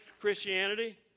Christianity